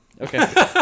Okay